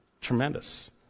Tremendous